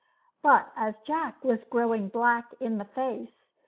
but as jack was growing black in the face,